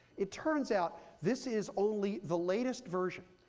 it turns out this is only the latest version,